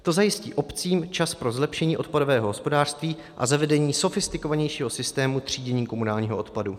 To zajistí obcím čas pro zlepšení odpadového hospodářství a zavedení sofistikovanějšího systému třídění komunálního odpadu.